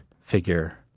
figure